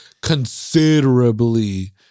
considerably